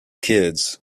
kids